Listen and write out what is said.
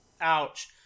Ouch